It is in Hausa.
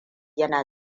yana